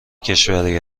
کشوری